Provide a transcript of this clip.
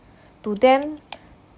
to them